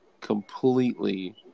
completely